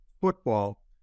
football